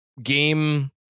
Game